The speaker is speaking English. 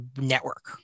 network